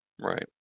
right